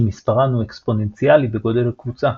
שמספרן הוא אקספוננציאלי בגודל הקבוצה,